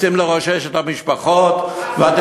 רוצים לרושש את המשפחות, חס וחלילה, חס וחלילה.